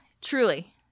truly